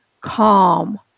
calm